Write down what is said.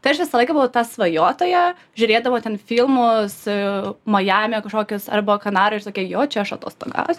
tai aš visą laiką buvo ta svajotoja žiūrėdavau ten filmus majamyje kažkokius arba kanarų ir tokia jo čia aš atostogaus